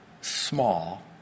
small